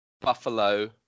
Buffalo